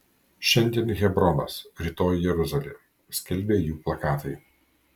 šiandien hebronas rytoj jeruzalė skelbė jų plakatai